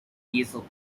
easel